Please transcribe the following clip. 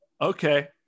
okay